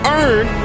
earn